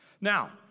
Now